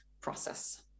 process